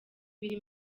biri